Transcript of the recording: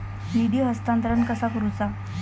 निधी हस्तांतरण कसा करुचा?